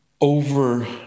Over